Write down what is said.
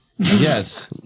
Yes